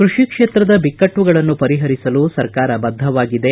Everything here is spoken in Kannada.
ಕೃಷಿಕ್ಷೇತ್ರದ ಬಿಕ್ಕಟ್ಟುಗಳನ್ನು ಪರಿಹರಿಸಲು ಸರ್ಕಾರ ಬದ್ಧವಾಗಿದೆ